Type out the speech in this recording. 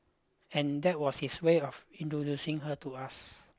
and that was his way of introducing her to us